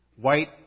White